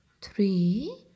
three